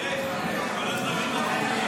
להעביר טרומית,